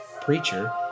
preacher